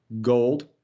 gold